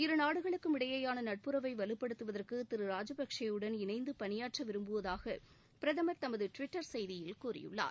இரு நாடுகளுக்கும் இடையேயான நட்புறவை வலுப்படுத்தவதற்கு திரு ராஜபக்ஷே யுடன் இணைந்து பணியாற்ற விரும்புவதாக பிரதமர் தமது டுவிட்டர் செய்தியில் கூறியுள்ளார்